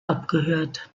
abgehört